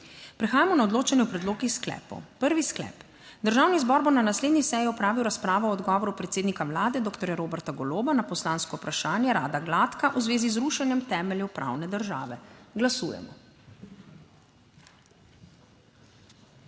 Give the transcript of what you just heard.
Prehajamo na odločanje o predlogih sklepov. Prvi sklep: Državni zbor bo na naslednji seji opravil razpravo o odgovoru predsednika Vlade doktorja Roberta Goloba na poslansko vprašanje Rada Gladka v zvezi z rušenjem temeljev pravne države. Glasujemo.